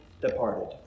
departed